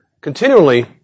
continually